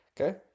okay